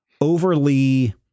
overly